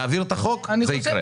אם נעביר את החוק - זה יקרה.